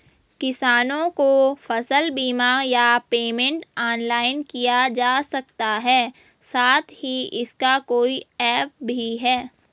किसानों को फसल बीमा या पेमेंट ऑनलाइन किया जा सकता है साथ ही इसका कोई ऐप भी है?